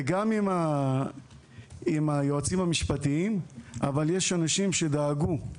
וגם עם היועצים המשפטיים אבל יש אנשים שדאגו,